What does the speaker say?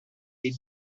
est